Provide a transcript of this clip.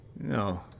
No